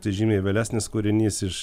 tai žymiai vėlesnis kūrinys iš